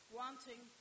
wanting